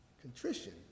contrition